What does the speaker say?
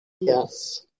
Yes